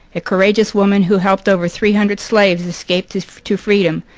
courageous woman who helped over three hundred slaves escape to to freedom,